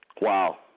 Wow